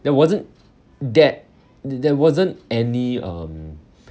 there wasn't that there wasn't any um